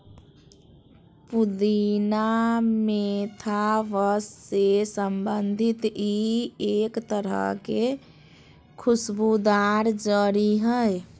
पुदीना मेंथा वंश से संबंधित ई एक तरह के खुशबूदार जड़ी हइ